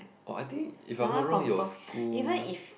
orh I think if I am not wrong your school